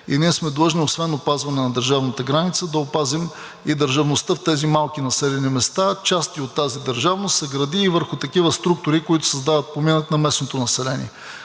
и ние сме длъжни освен опазване на държавната граница, да опазим и държавността в тези малки населени места. Част от тази държавност се гради и върху такива структури, които създават поминък на местното население.